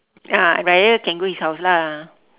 ah raya can go his house lah